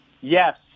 Yes